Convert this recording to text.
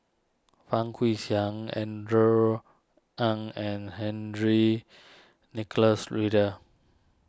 Fang Guixiang Andrew Ang and Henry Nicholas Ridley